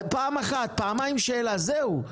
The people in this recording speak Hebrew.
פעם אחת, פעמיים שאלה זהו.